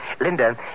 Linda